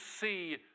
see